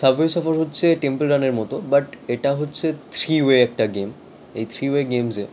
subway surfer হচ্ছে temple রানের মতো বাট এটা হচ্ছে থ্রি ওয়ে একটা গেম এই থ্রি ওয়ে গেমসে